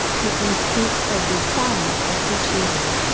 who can speak or be silent as he chooses,